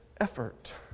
effort